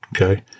Okay